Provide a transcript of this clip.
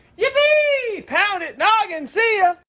yippee! pound it! noggin! see ya!